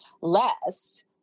lest